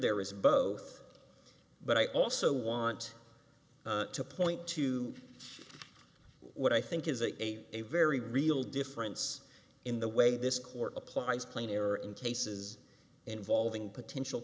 there is both but i also want to point to what i think is a very real difference in the way this court applies plain error in cases involving potential